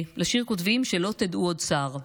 לשיר קוראים "שלא תדעו עוד צער",